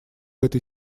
этой